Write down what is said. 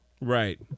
Right